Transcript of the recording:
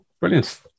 brilliant